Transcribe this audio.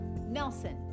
Nelson